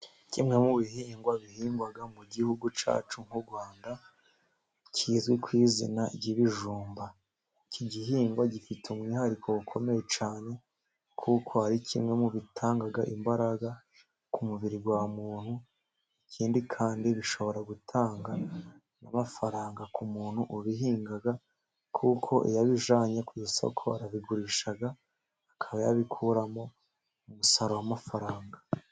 Kimwe mu bihingwa bihingwa mu Gihugu cyacu nk'u Rwanda kizwi ku izina ry'ibijumba. Iki gihingwa gifite umwihariko ukomeye cyane, kuko ari kimwe mu bitanga imbaraga ku mubiri wa muntu. Ikindi kandi bishobora gutanga n'amafaranga ku muntu ubihinga, kuko yabijyanye ku isoko. Arabigurisha akaba yabikuramo umusaruro w'amafaranga.